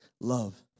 love